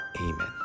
Amen